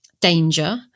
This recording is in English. danger